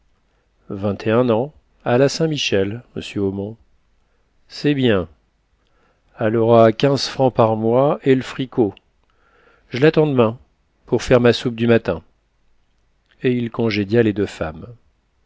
vingt-un ans à la saint-michel monsieur omont c'est bien all'aura quinze francs par mois et l'fricot j'l'attends d'main pour faire ma soupe du matin et il congédia les deux femmes